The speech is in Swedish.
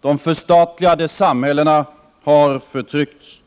De förstatligade samhällena har förtryckts.